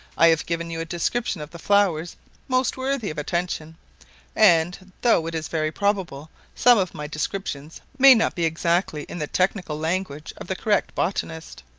i have given you a description of the flowers most worthy of attention and, though it is very probable some of my descriptions may not be exactly in the technical language of the correct botanist,